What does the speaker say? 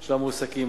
של המועסקים.